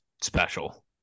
special